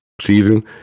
season